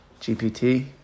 GPT